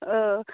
ओह